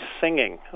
singing